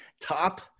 top